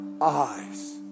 eyes